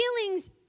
Feelings